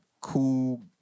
cool